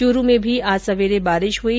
चुरू में भी आज सवेरे बारिश हुई